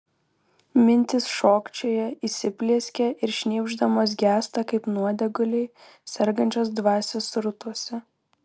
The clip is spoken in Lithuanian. mintys šokčioja įsiplieskia ir šnypšdamos gęsta kaip nuodėguliai sergančios dvasios srutose